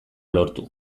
lortu